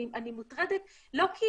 אני מוטרדת לא כי